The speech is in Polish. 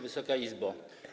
Wysoka Izbo!